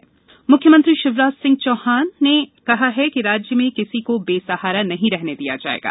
CM रैनबसेरा मुख्यमंत्री शिवराज सिंह चौहान ने कहा कि राज्य में किसी को बेसहारा नहीं रहने दिया जाएगा